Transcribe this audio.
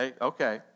Okay